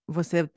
Você